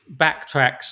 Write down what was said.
backtracks